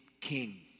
king